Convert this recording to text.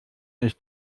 ist